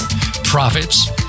Profits